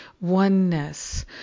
oneness